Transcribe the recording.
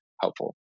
helpful